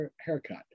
haircut